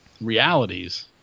realities